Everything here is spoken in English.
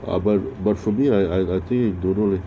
about but for me I I don't know leh